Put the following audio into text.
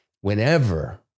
Whenever